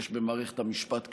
יש במערכת המשפט כשלים.